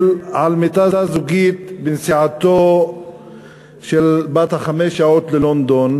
על מיטה זוגית בנסיעתו בת חמש השעות ללונדון,